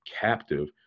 captive